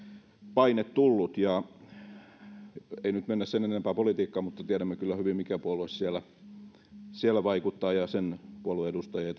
paine tullut ja ei nyt mennä sen enempää politiikkaan mutta tiedämme kyllä hyvin mikä puolue siellä siellä vaikuttaa ja sen puolueen edustajia